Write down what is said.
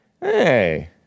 Hey